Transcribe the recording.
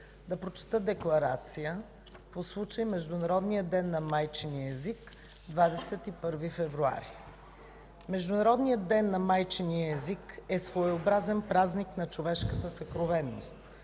да прочета: „ДЕКЛАРАЦИЯ по случай Международния ден на майчиния език – 21 февруари Международният ден на майчиния език е своеобразен празник на човешката съкровеност.